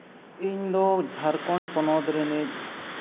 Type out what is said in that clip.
ᱤᱧ ᱫᱚ ᱡᱷᱟᱲᱠᱷᱚᱸᱰ ᱯᱚᱱᱚᱛ ᱨᱤᱱᱤᱡ